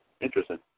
Interesting